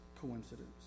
coincidence